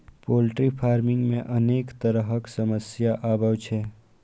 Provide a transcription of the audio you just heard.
poultry farming मे अनेक तरहक समस्या आबै छै